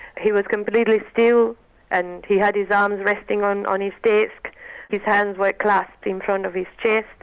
he was completely still and he had his arms resting on on his desk his hands were clasped in front of his chest.